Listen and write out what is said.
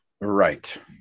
Right